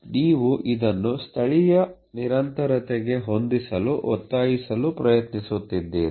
ಆದ್ದರಿಂದ ನೀವು ಇದನ್ನು ಸ್ಥಳೀಯ ನಿರಂತರತೆಗೆ ಹೊಂದಿಸಲು ಒತ್ತಾಯಿಸಲು ಪ್ರಯತ್ನಿಸುತ್ತಿದ್ದೀರಿ